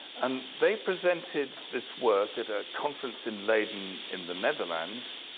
and they presented this work at a conference in leiden in the netherlands.